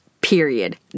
period